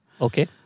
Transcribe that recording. Okay